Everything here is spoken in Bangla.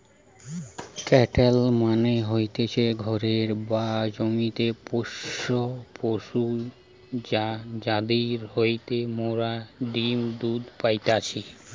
কাটেল মানে হতিছে ঘরে বা জমিতে পোষ্য পশু যাদির হইতে মোরা ডিম্ দুধ পাইতেছি